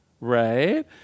right